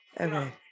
Okay